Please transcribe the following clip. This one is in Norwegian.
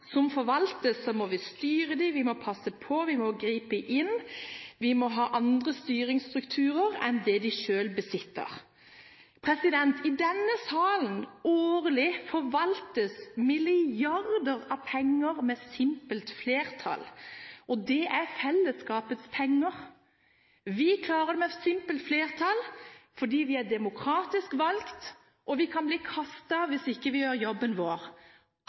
som forvaltes, må vi styre dem, vi må passe på, vi må gripe inn – vi må ha andre styringsstrukturer enn det man selv besitter. I denne salen forvaltes årlig milliarder av kroner med simpelt flertall. Det er fellesskapets penger. Vi klarer det med simpelt flertall fordi vi er demokratisk valgt, og vi kan bli kastet hvis vi ikke gjør jobben vår